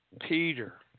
Peter